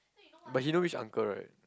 but he know which uncle right